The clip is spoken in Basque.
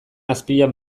azpian